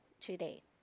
today